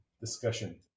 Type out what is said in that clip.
discussion